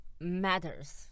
matters